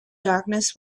darkness